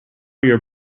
your